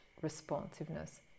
responsiveness